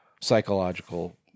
psychological